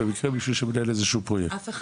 במקרה מישהו שמנהל איזה שהוא פרויקט.